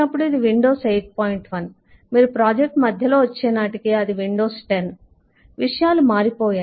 1 మీరు ప్రాజెక్ట్ మధ్యలో వచ్చే నాటికి అది విండోస్ 10 విషయాలు మారిపోయాయి